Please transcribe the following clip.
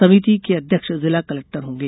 समिति के अध्यक्ष जिला कलेक्टर होंगे